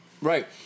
Right